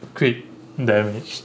crit damage